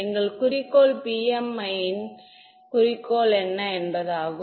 எங்கள் குறிக்கோள் PMI இன் குறிக்கோள் என்ன என்பதாகும்